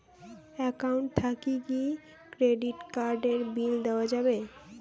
Account থাকি কি credit card এর বিল দেওয়া যাবে?